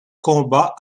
combat